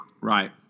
Right